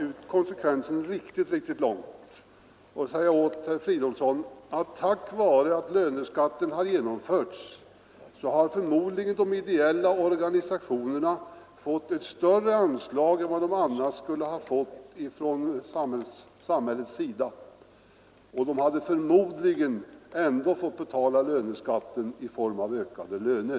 Jag vill sedan dra konsekvensen riktigt långt och säga till herr Fridolfsson att tack vare löneskattens genomförande har förmodligen de ideella organisationerna fått ett större anslag än de annars skulle ha fått från samhällets sida och de hade troligen ändå fått betala löneskatten i form av ökade löner.